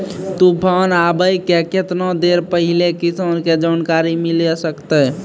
तूफान आबय के केतना देर पहिले किसान के जानकारी मिले सकते?